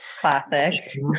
Classic